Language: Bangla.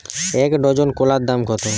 এক ডজন কলার দাম কত?